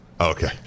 Okay